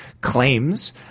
claims